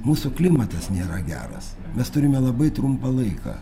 mūsų klimatas nėra geras mes turime labai trumpą laiką